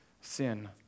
sin